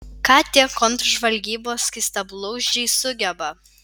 ką tie kontržvalgybos skystablauzdžiai sugeba